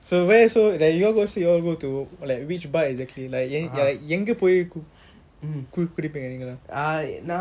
so where so there you go so you all go to like which bar exactly like எங்க பொய் குடிப்பிங்க நீங்கல்லாம்:enga poi kudipinga nengalam